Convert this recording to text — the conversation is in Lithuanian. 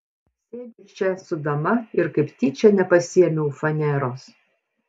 sėdžiu čia su dama ir kaip tyčia nepasiėmiau faneros